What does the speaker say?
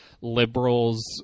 liberals